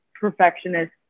perfectionist